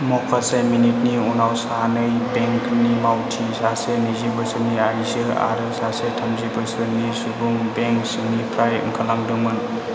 माखासे मिनिटनि उनाव सानै बेंकनि मावथि सासे नैजि बोसोरनि आइजो आरो सासे थामजि बोसोरनि सुबुं बेंक सिंनिफ्राय ओंखारलांदोंमोन